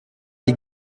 les